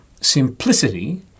Simplicity